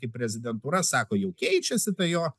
kaip prezidentūra sako jau keičiasi ta jo